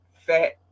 fat